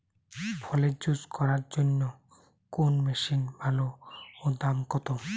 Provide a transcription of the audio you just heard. ফলের জুস করার জন্য কোন মেশিন ভালো ও দাম কম?